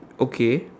okay